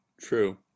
True